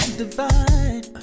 divine